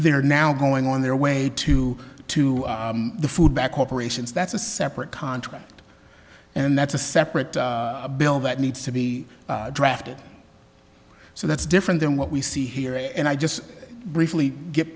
they are now going on their way to to the food bank operations that's a separate contract and that's a separate bill that needs to be drafted so that's different than what we see here and i just briefly get